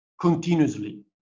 continuously